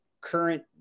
current